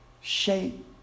shape